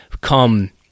come